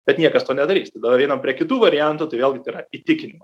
bet niekas to nedarys todėl einam prie kitų variantų tai vėlgi tai yra įtikinimo